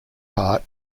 part